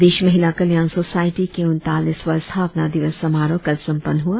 प्रदेश महिला कल्याण सोसायटी के उनतालीसवां स्थापना दिवस समारोह कल संपन्न हुआ